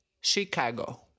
Chicago